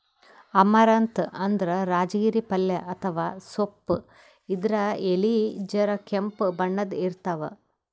amaranth ಅಂದ್ರ ರಾಜಗಿರಿ ಪಲ್ಯ ಅಥವಾ ಸೊಪ್ಪ್ ಇದ್ರ್ ಎಲಿ ಜರ ಕೆಂಪ್ ಬಣ್ಣದ್ ಇರ್ತವ್